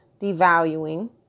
devaluing